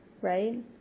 Right